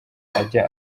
ajya